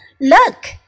Look